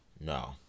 No